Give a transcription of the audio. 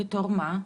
בתור מה?